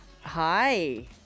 Hi